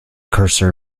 cursor